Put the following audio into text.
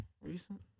recent